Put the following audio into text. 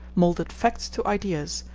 moulded facts to ideas,